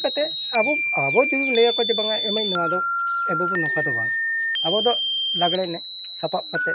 ᱤᱱᱠᱟᱹ ᱠᱟᱛᱮᱫ ᱟᱵᱚ ᱟᱵᱚ ᱡᱩᱫᱤ ᱵᱚᱱ ᱞᱟᱹᱭᱟᱠᱚᱣᱟ ᱡᱮ ᱵᱟᱝᱟ ᱮᱢᱟᱹᱭ ᱱᱚᱣᱟᱫᱚ ᱮ ᱵᱟᱹᱵᱩ ᱱᱚᱝᱠᱟ ᱫᱚ ᱵᱟᱝ ᱟᱵᱚ ᱫᱚ ᱞᱟᱜᱽᱬᱮ ᱮᱱᱮᱡ ᱥᱟᱯᱟᱯ ᱠᱟᱛᱮᱫ